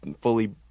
fully